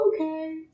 Okay